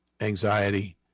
anxiety